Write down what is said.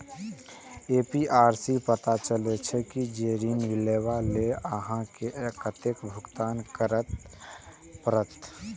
APR सं ई पता चलै छै, जे ऋण लेबा लेल अहां के कतेक भुगतान करय पड़त